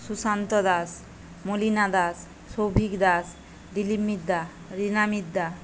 Sushant Das Malina Das Souvik Das Dilip Midda Rina Midda